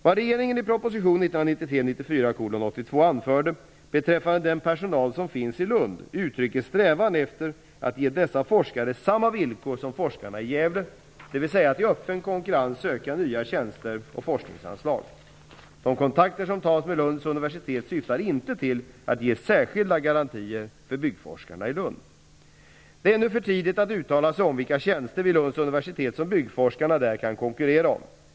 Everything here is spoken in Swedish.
Vad regeringen i proposition 1993/94:82 anförde beträffande den personal som finns i Lund uttrycker strävan efter att ge dessa forskare samma villkor som forskarna i Gävle, dvs. att i öppen konkurrens söka nya tjänster och forskningsanslag. De kontakter som tas med Lunds universitet syftar inte till att ge särskilda garantier för byggforskarna i Lund. Det är ännu för tidigt att uttala sig om vilka tjänster vid Lunds universitet som byggforskarna där kan konkurrera om.